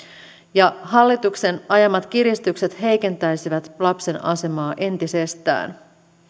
ja hallituksen ajamat kiristykset heikentäisivät lapsen asemaa entisestään